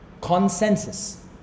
consensus